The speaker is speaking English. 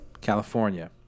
California